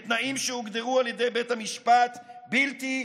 בתנאים שהוגדרו על ידי בית המשפט בלתי ראויים.